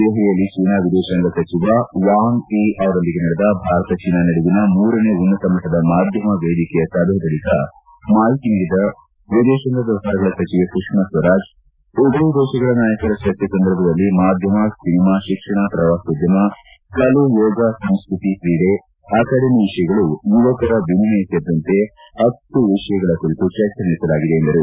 ದೆಹಲಿಯಲ್ಲಿ ಚೀನಾ ವಿದೇಶಾಂಗ ಸಚಿವ ವಾಂಘ್ ಯೀ ಅವರೊಂದಿಗೆ ನಡೆದ ಭಾರತ ಚೀನಾ ನಡುವಿನ ಮೂರನೇ ಉನ್ನತ ಮಟ್ಲದ ಮಾಧ್ಯಮ ವೇದಿಕೆಯ ಸಭೆ ಬಳಕ ಮಾಹಿತಿ ನೀಡಿದ ವಿದೇತಾಂಗ ವ್ಲವಹಾರಗಳ ಸಚಿವೆ ಸುಷ್ಕಾ ಸ್ವರಾಜ್ ಉಭಯ ದೇಶಗಳ ನಾಯಕರ ಚರ್ಚೆ ಸಂದರ್ಭದಲ್ಲಿ ಮಾಧ್ಯಮ ಸಿನಿಮಾ ಶಿಕ್ಷಣ ಪ್ರವಾಸೋದ್ಯಮ ಕಲೆ ಯೋಗ ಸಂಸ್ಕತಿ ಕ್ರೀಡೆ ಅಕಾಡೆಮಿ ವಿಷಯಗಳು ಯುವಕರ ವಿನಿಮಯ ಸೇರಿದಂತೆ ಹತ್ತು ವಿಷಯಗಳ ಕುರಿತು ಚರ್ಚೆ ನಡೆಸಲಾಗಿದೆ ಎಂದರು